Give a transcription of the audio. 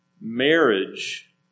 Marriage